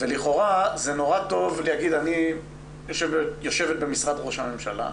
ולכאורה זה נורא טוב להגיד 'אני יושבת במשרד ראש הממשלה'